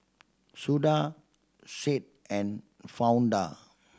Judah Sade and Fonda